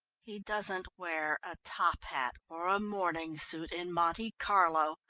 he doesn't wear a top hat or a morning suit in monte carlo,